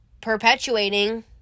perpetuating